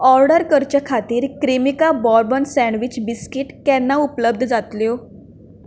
order करचे खातीर Cremica bourbon sandwich biscuit केन्ना उपलब्ध जातल्यो